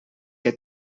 que